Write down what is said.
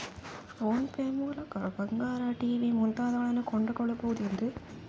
Phone pay ಮೂಲಕ ಬಂಗಾರ, TV ಮುಂತಾದವುಗಳನ್ನ ಕೊಂಡು ಕೊಳ್ಳಬಹುದೇನ್ರಿ?